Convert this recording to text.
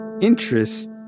interest